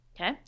Okay